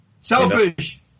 Selfish